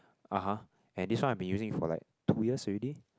(uh huh) and this one I've been using for like two years already